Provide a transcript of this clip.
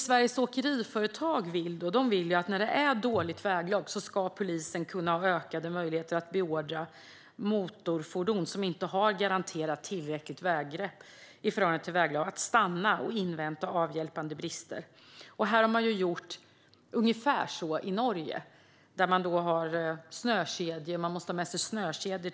Sveriges Åkeriföretag vill att polisen när det är dåligt väglag ska kunna ha ökade möjligheter att beordra motorfordon som inte har ett garanterat tillräckligt väggrepp i förhållande till väglaget att stanna och invänta avhjälpande av brister. Ungefär så har man gjort i Norge, där man till exempel måste ha med sig snökedjor.